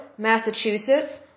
Massachusetts